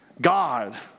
God